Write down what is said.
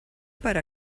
per